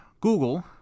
Google